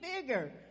bigger